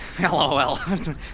LOL